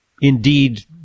indeed